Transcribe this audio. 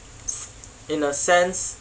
in a sense